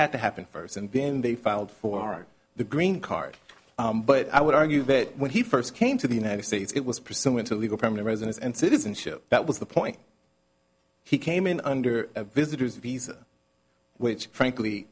had to happen first and then they filed for the green card but i would argue that when he first came to the united states it was pursuant to legal permanent residence and citizenship that was the point he came in under a visitor's visa which frankly